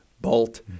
Bolt